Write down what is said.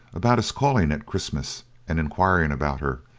about his calling at christmas and enquiring about her,